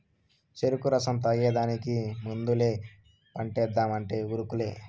చెరుకు రసం తాగేదానికి ముందలే పంటేద్దామంటే ఉరుకులే